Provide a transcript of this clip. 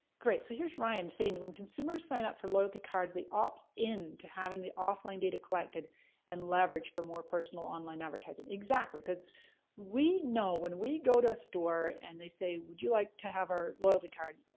great. so here's ryan saying when consumers sign up for loyalty cards, they opt in to having the offline data collected and leveraged for more personal online advertising, exactly. cause we know when we go to a store and they say, would you like to have our loyalty card?